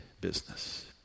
business